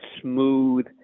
smooth